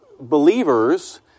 believers